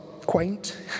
quaint